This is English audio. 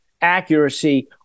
accuracy